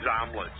omelets